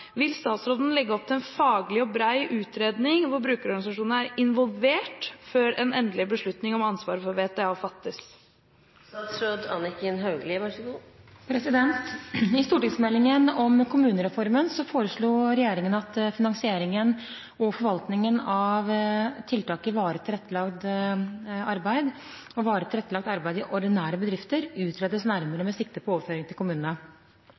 Vil statsråden legge opp til en faglig og bred utredning hvor brukerorganisasjonene er involvert før en endelig beslutning om ansvaret for VTA fattes?» I stortingsmeldingen om kommunereformen foreslo regjeringen at finansieringen og forvaltningen av tiltaket varig tilrettelagt arbeid, VTA, og varig tilrettelagt arbeid i ordinære bedrifter, VTO, utredes nærmere med sikte på overføring til kommunene.